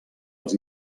els